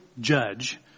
judge